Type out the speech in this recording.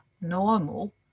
normal